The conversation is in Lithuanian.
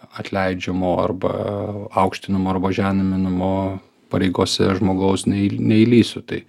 atleidžiamo arba aukštinamo arba žeminimo pareigose žmogaus nei neįlįsiu tai